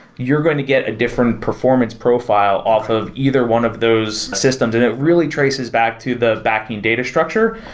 you're going to get a different performance profile off of either one of those systems, and it really traces back to the backend data structure.